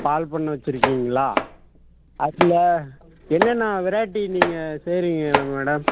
பால் பண்ணை வெச்சிருக்கீங்களா அதில் என்னென்ன வெரைட்டி நீங்கள் செய்கிறீங்க மேடம்